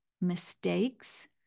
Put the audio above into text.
mistakes